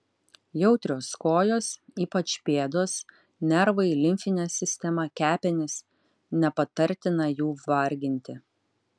jautrios kojos ypač pėdos nervai limfinė sistema kepenys nepatartina jų varginti